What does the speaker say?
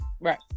Right